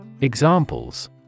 Examples